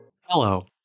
Hello